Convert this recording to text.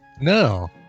No